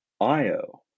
io